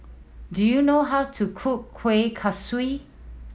do you know how to cook Kuih Kaswi